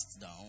down